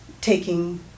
taking